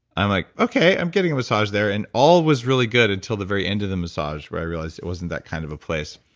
i'm like, okay, i'm getting a massage there. and all was really good until the very end of the massage where i realized it wasn't that kind of a place.